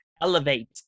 elevate